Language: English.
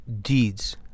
deeds